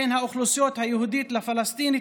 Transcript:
בין האוכלוסייה היהודית לפלסטינית,